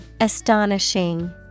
Astonishing